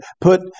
put